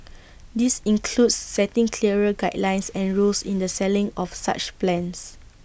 this includes setting clearer guidelines and rules in the selling of such plans